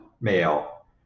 male